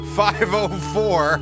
504